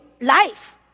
life